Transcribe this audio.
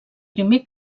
primer